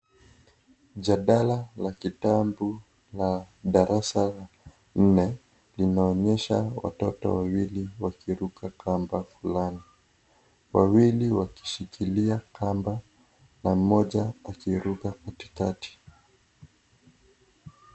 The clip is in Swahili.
Jadala la kitabu la darasa nne linaonyesha watoto wawili wakiruka kamba fulani. Wawili wakishikilia kamba na mmoja akiruka katikati.